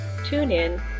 TuneIn